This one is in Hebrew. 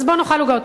אז בוא נאכל עוגות.